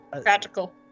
Practical